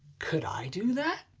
could i do that?